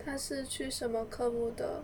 他是去什么科目的